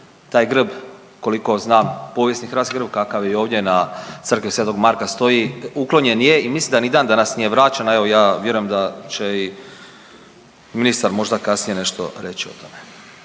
Taj grb koliko znam povijesni hrvatski grb kakav je ovdje na Crkvi sv. Marka stoji, uklonjen je i mislim da ni dan danas nije vraćen. A evo ja vjerujem da će i ministar možda kasnije nešto reći o tome.